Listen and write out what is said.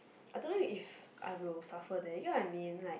I don't know if I will suffer there you get what I mean like